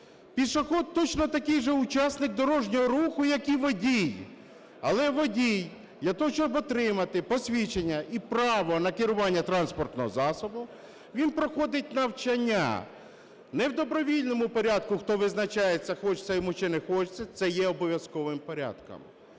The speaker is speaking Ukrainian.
Пішохід точно такий же учасник дорожнього руху, як і водій. Але водій для того, щоб отримати посвідчення і право на керування транспортним засобом, він проходить навчання. Не в добровільному порядку, хто визначається, хочеться йому чи не хочеться, це є обов'язковим порядком.